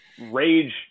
rage